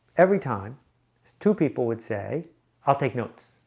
every time two people would say i'll take notes